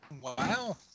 Wow